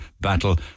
battle